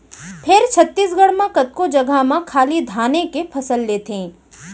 फेर छत्तीसगढ़ म कतको जघा म खाली धाने के फसल लेथें